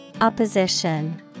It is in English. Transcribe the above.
Opposition